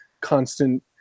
constant